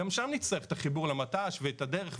היא נתנה פתרון לאנשים על בסיס של הגרלה,